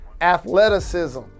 athleticism